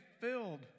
filled